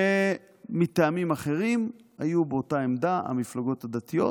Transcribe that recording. ומטעמים אחרים היו באותה עמדה המפלגות הדתיות,